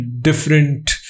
different